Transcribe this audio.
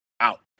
out